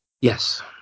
yes